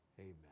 Amen